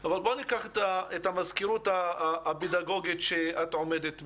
בואי ניקח את המזכירות הפדגוגית שאת עומדת בראשה: